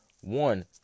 one